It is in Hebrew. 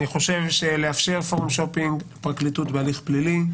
אני חושב שלאפשר פורום שופינג פרקליטות בהליך פלילי,